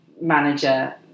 manager